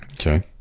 Okay